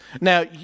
Now